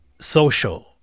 social